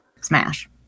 Smash